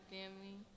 family